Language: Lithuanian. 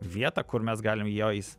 vietą kur mes galim jois